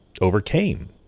overcame